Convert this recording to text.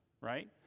right